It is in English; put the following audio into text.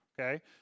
okay